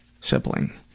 sibling